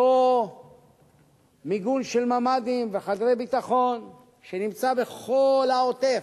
אותו מיגון של ממ"דים וחדרי ביטחון שנמצא בכל העוטף,